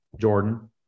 Jordan